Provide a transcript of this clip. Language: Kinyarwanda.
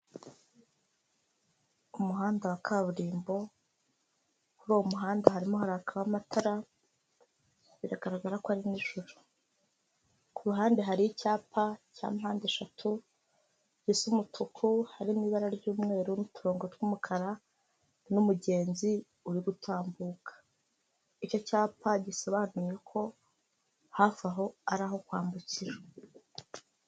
Umuhanda wa kaburimbo, kuri uwo muhanda harimo harakaho amatara, biragaragara ko ari nijoro. Ku ruhande hari icyapa cya mpande eshatu, gisa umutuku harimo ibara ry'umweru n'uturongo tw'umukara n'umugenzi uri gutambuka. Icyo cyapa gisobanuye ko hafi aho ari aho kwambukira.